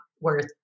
worth